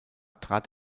trat